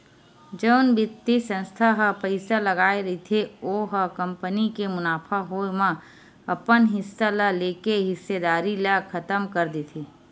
जउन बित्तीय संस्था ह पइसा लगाय रहिथे ओ ह कंपनी के मुनाफा होए म अपन हिस्सा ल लेके हिस्सेदारी ल खतम कर देथे